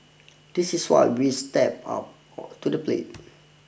this is what we've stepped up to the plate